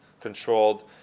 controlled